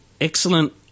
excellent